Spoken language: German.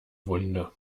wunde